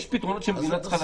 יש פתרונות שהמדינה צריכה לתת.